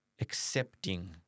accepting